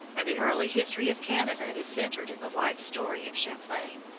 and the early history of canada is centred in the life-story of champlain,